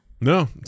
No